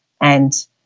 And-